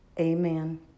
Amen